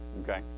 okay